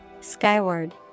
Skyward